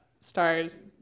stars